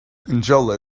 angela